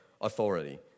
authority